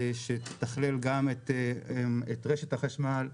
שיתכלל גם את רשת החשמל,